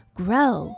grow